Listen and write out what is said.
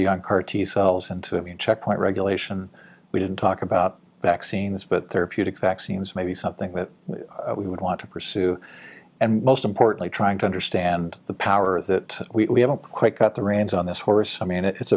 beyond party cells and to immune checkpoint regulation we didn't talk about vaccines but therapeutic vaccines may be something that we would want to pursue and most importantly trying to understand the power that we haven't quite got the reins on this horse i mean it's